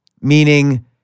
Meaning